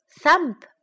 Thump